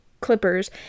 clippers